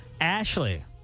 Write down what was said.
Ashley